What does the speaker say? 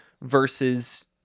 versus